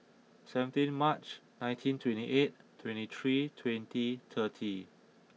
seventeen March nineteen twenty eight twenty three twenty thirty